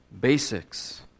basics